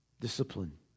Discipline